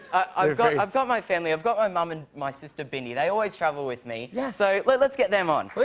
i've got yeah i've got my family. i've got my mum and my sister, bindi. they always travel with me. yeah. so, let's let's get them on.